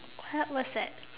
what was that